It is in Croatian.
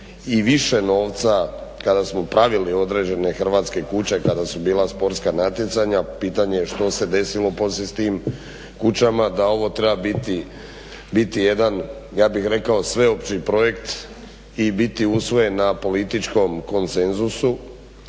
i više novca kada smo pravili određene hrvatske kuće, kada su bila sportska natjecanja, pitanje je što se desilo poslije s tim kućama, da ovo treba biti jedan ja bih rekao sveopći projekt i biti usvojen na političkom konsenzusu,